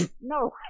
No